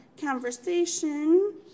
conversation